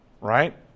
Right